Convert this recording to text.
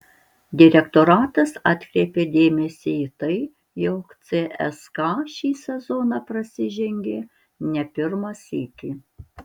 direktoratas atkreipė dėmesį į tai jog cska šį sezoną prasižengė ne pirmą sykį